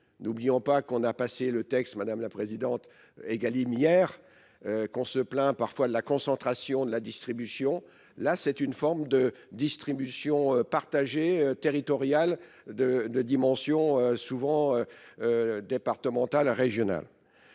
N'oublions pas qu'on a passé le texte Madame la Présidente Egalime hier, qu'on se plaint parfois de la concentration de la distribution. Là, c'est une forme de distribution partagée territoriale de dimensions souvent départementales régionales.